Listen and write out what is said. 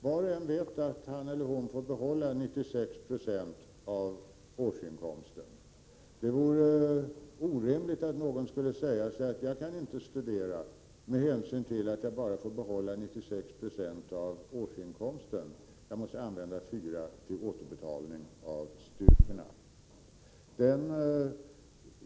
Var och en vet att han eller hon får behålla 96 26 av 37 Prot. 1987/88:128 årsinkomsten. Det vore orimligt om någon sade: Jag kan inte studera, eftersom jag får behålla bara 96 96 av årsinkomsten, jag måste använda 4 96 till återbetalning av studierna.